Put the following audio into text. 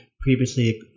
Previously